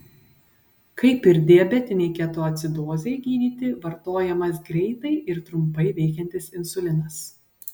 kaip ir diabetinei ketoacidozei gydyti vartojamas greitai ir trumpai veikiantis insulinas